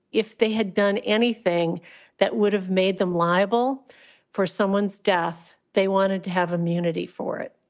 if they had done anything that would have made them liable for someone's death, they wanted to have immunity for it.